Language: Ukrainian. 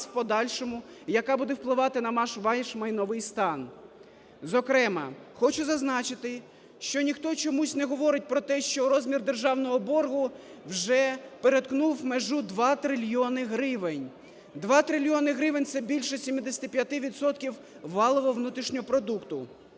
в подальшому, яка буде впливати на ваш майновий стан. Зокрема, хочу зазначити, що ніхто чомусь не говорить про те, що розмір державного боргу вже перетнув межу 2 трильйони гривень. Два трильйони гривень – це більше 75 відсотків валового внутрішнього продукту.